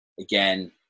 again